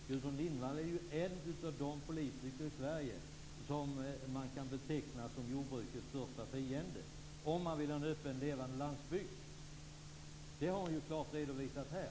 Gudrun Lindvall är ju en av de politiker i Sverige som man kan beteckna som jordbrukets största fiender, om man vill ha en öppen och levande landsbygd! Det har ni ju klart redovisat här.